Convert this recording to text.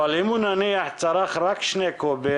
אבל אם הוא נניח צרך רק 2 קובים,